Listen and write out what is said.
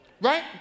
Right